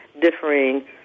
differing